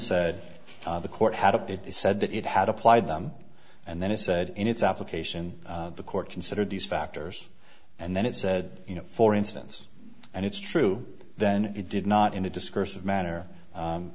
said the court had up they said that it had applied them and then it said in its application the court considered these factors and then it said you know for instance and it's true then you did not in a discursive manner